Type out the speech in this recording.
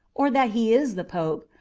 or that he is the pope,